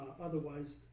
Otherwise